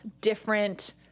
different